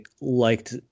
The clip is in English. liked